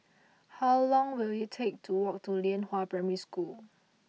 how long will it take to walk to Lianhua Primary School